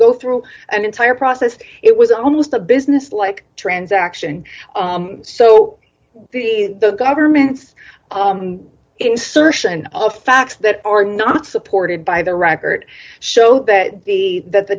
go through an entire process it was almost a business like transaction so the government's insertion of facts that are not supported by the record show that the that the